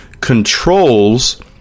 controls